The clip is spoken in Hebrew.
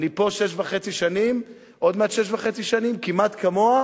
אני פה עוד מעט שש שנים וחצי, כמעט כמוה,